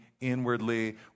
inwardly